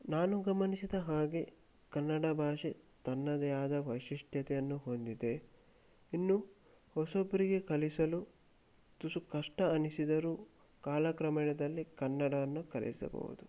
ನಾನು ಗಮನಿಸಿದ ಹಾಗೆ ಕನ್ನಡ ಭಾಷೆ ತನ್ನದೇ ಆದ ವೈಶಿಷ್ಟ್ಯತೆಯನ್ನು ಹೊಂದಿದೆ ಇನ್ನು ಹೊಸಬರಿಗೆ ಕಲಿಸಲು ತುಸು ಕಷ್ಟ ಎನಿಸಿದರೂ ಕಾಲಕ್ರಮೇಣದಲ್ಲಿ ಕನ್ನಡಾನೂ ಕಲಿಸಬಹುದು